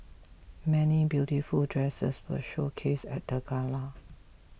many beautiful dresses were showcased at the gala